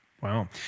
Wow